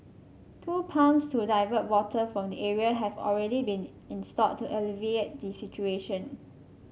two pumps to divert water from the area have already been installed to alleviate the situation